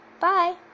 bye